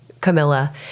Camilla